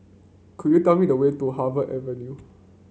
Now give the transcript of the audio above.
could you tell me the way to Harvey Avenue